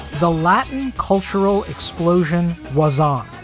the latin cultural explosion was on.